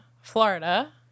florida